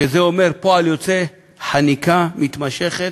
וזה אומר, פועל יוצא: חניקה מתמשכת,